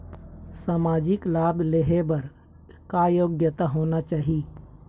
सामाजिक लाभ लेहे बर का योग्यता होना चाही?